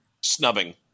snubbing